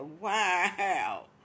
wow